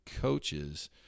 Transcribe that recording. coaches